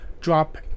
drop